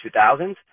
2000s